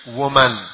woman